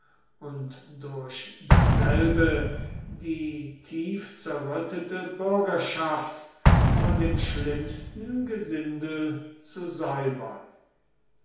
und durch dasselbe die tief zerrüttete bürgerschaft von dem schlimmsten gesindel zu säubern